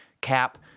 Cap